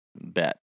bet